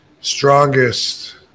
strongest